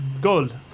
gold